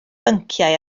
bynciau